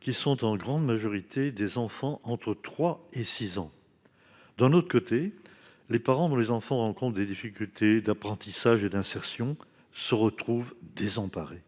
qui sont en grande majorité des enfants âgés de 3 à 6 ans. Quant aux parents dont les enfants rencontrent des difficultés d'apprentissage et d'insertion, ils se retrouvent désemparés.